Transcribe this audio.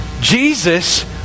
Jesus